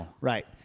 Right